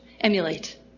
emulate